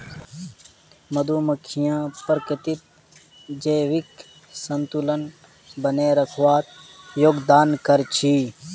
मधुमक्खियां प्रकृतित जैविक संतुलन बनइ रखवात योगदान कर छि